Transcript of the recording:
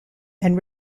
and